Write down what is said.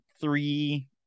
three